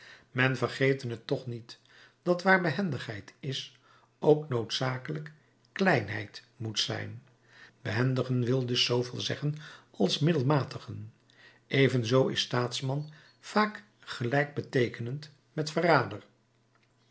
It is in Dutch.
men vergete het toch niet dat waar behendigheid is ook noodzakelijk kleinheid moet zijn behendigen wil dus zooveel zeggen als middelmatigen even zoo is staatsman vaak gelijkbeteekenend met verrader